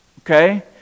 Okay